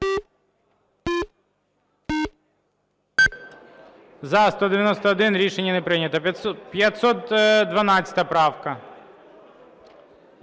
За-191 Рішення не прийнято. 512 правка.